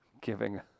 giving